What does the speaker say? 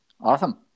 Awesome